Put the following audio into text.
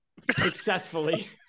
successfully